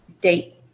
date